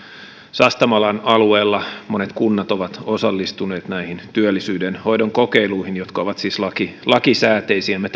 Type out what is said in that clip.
sastamalan alueella monet kunnat ovat osallistuneet näihin työllisyyden hoidon kokeiluihin jotka ovat siis lakisääteisiä me